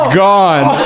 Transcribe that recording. gone